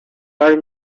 are